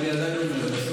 אסרו עליו לפגוש